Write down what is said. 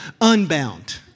Unbound